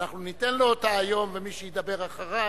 ואנחנו ניתן לו אותה היום, ומי שידבר אחריו,